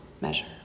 measure